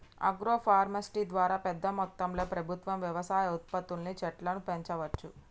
agro forestry ద్వారా పెద్ద మొత్తంలో ప్రభుత్వం వ్యవసాయ ఉత్పత్తుల్ని చెట్లను పెంచవచ్చు